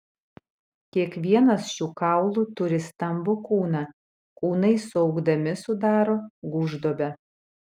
kiekvienas šių kaulų turi stambų kūną kūnai suaugdami sudaro gūžduobę